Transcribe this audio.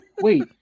Wait